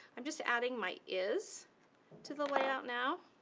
i'm just adding my is to the layout now.